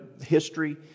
history